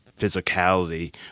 physicality